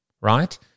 right